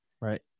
Right